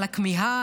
על הכמיהה,